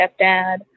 stepdad